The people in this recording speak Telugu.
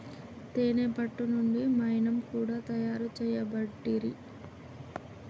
తేనే పట్టు నుండి మైనం కూడా తయారు చేయబట్టిరి